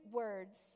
words